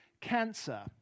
cancer